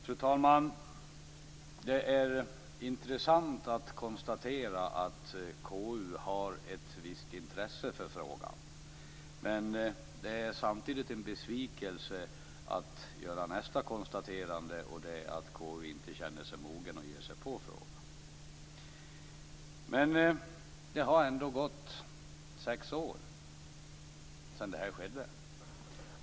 Fru talman! Det är intressant att konstatera att konstitutionsutskottet har ett visst intresse för frågan. Men det är samtidigt en besvikelse att göra nästa konstaterande, nämligen att konstitutionsutskottet inte känner sig moget att ge sig på frågan. Men det har ändå gått sex år sedan detta skedde.